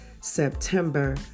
September